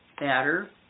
matter